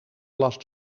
last